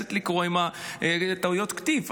נאלצת לקרוא עם טעויות כתיב.